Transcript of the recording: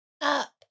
up